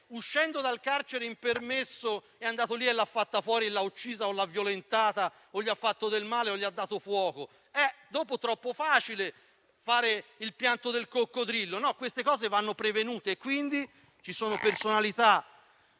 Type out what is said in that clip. uscendo dal carcere in permesso, è andato lì e l'ha fatta fuori, l'ha uccisa, l'ha violentata, le ha fatto del male o le ha dato fuoco. Dopo è troppo facile fare il pianto del coccodrillo. Queste cose vanno prevenute. Ci sono personalità